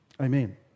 Amen